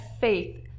faith